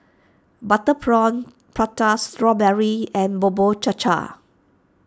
Butter Prawn Prata Strawberry and Bubur Cha Cha